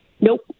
nope